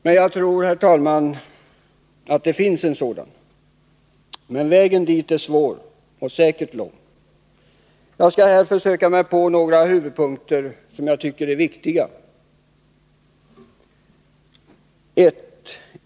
Men jag tror, herr talman, att det finns en sådan lösning. Vägen dit är emellertid svår och säkert lång. Jag skall ange några huvudpunkter som jag tycker är viktiga: 1.